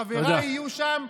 חבריי יהיו שם,